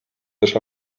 też